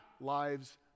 lives